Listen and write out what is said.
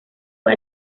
fue